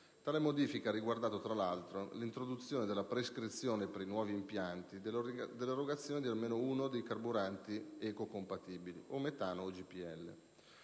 Tale modifica ha riguardato, tra l'altro, l'introduzione della prescrizione, per i nuovi impianti, dell'erogazione di almeno uno dei carburanti ecocompatibili (GPL o metano).